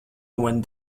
went